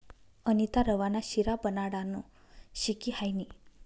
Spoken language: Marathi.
अनीता रवा ना शिरा बनाडानं शिकी हायनी